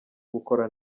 gukora